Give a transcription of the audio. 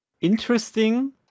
interesting